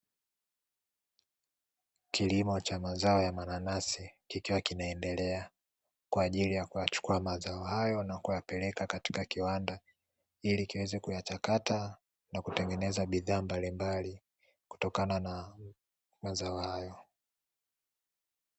Kilimo cha mazao ya mananasi kikiwa kinaendelea, kwa ajili ya kuyachukua mazao hayo na kuyapeleka katika kiwanda ,ili kiweze kuyachakata na kutengeneza bidhaa mbalimbali kutokana na mazao hayo.